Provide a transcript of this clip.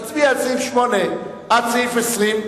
נצביע על סעיף 8 עד סעיף 20,